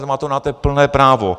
Na to máte plné právo.